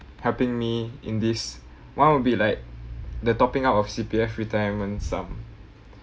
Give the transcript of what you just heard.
helping me in this one will be like the topping up of C_P_F retirement sum